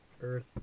earth